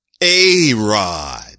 A-Rod